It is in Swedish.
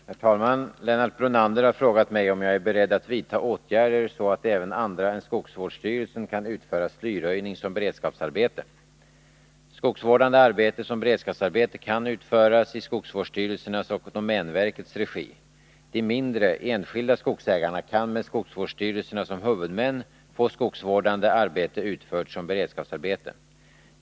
Herr talman! Lennart Brunander har frågat mig om jag är beredd att vidta åtgärder så att även andra än skogsvårdsstyrelsen kan utföra slyröjning som beredskapsarbete. Skogsvårdande arbete som beredskapsarbete kan utföras i skogsvårdsstyrelsernas och domänverkets regi. De mindre, enskilda skogsägarna kan med skogsvårdsstyrelserna som huvudmän få skogsvårdande arbete utfört som beredskapsarbete.